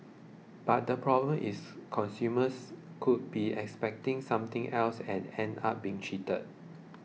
but the problem is consumers could be expecting something else and end up being cheated